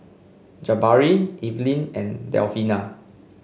Jabari Evelyn and Delfina